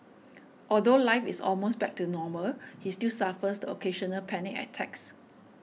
although life is almost back to normal he still suffers occasional panic attacks